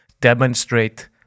demonstrate